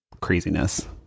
craziness